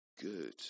good